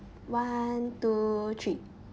one two three